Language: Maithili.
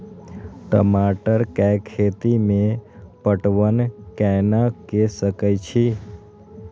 टमाटर कै खैती में पटवन कैना क सके छी?